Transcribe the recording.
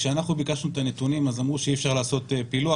כשאנחנו ביקשנו את הנתונים אז אמרו שאי אפשר לעשות פילוח